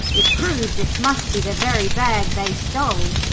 it proves this must be the very bag they stole.